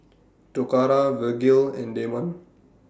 Toccara Vergil and Damon